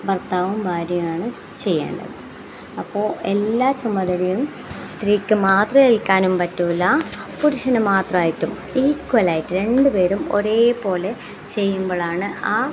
ഭർത്താവും ഭാര്യയുമാണ് ചെയ്യേണ്ടത് അപ്പോൾ എല്ലാ ചുമതലയും സ്ത്രീക്ക് മാത്രം ഏൽക്കാനും പറ്റൂല്ല പുരുഷനും മാത്രായിട്ടും ഈക്വലായിട്ട് രണ്ട് പേരും ഒരേ പോലെ ചെയ്യുമ്പോളാണ് ആ